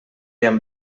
han